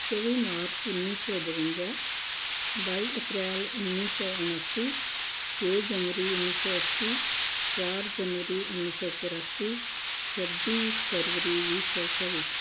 ਚੌਵੀ ਮਾਰਚ ਉੱਨੀ ਸੌ ਬਵੰਜਾ ਬਾਈ ਅਪ੍ਰੈਲ ਉੱਨੀ ਸੌ ਉਣਾਸੀ ਛੇ ਜਨਵਰੀ ਉੱਨੀ ਸੌ ਅੱਸੀ ਚਾਰ ਜਨਵਰੀ ਉੱਨੀ ਸੌ ਚੁਰਾਸੀ ਛੱਬੀ ਫਰਵਰੀ ਵੀਹ ਸੌ ਚੌਵੀ